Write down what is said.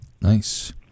Nice